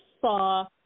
saw